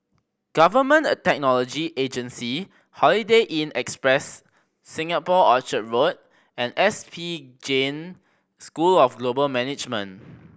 Government a Technology Agency Holiday Inn Express Singapore Orchard Road and S P Jain School of Global Management